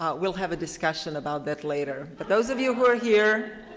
ah we'll have a discussion about that later. but those of you who are here,